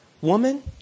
Woman